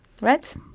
right